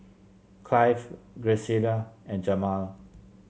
Clive Graciela and Jamaal